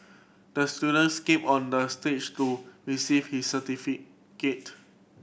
the student skated on the stage to receive his certificate